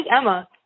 Emma